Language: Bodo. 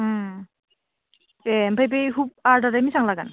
दे ओमफ्राय बे हुक आर्टआलाय बेसेबां लागोन